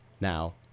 now